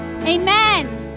Amen